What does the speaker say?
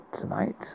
tonight